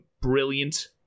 brilliant